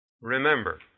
Remember